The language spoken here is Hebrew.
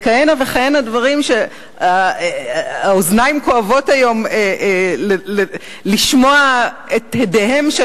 כהנה וכהנה דברים שהאוזניים כואבות היום לשמוע את הדיהם.